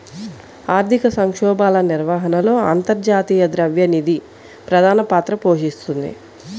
ఆర్థిక సంక్షోభాల నిర్వహణలో అంతర్జాతీయ ద్రవ్య నిధి ప్రధాన పాత్ర పోషిస్తోంది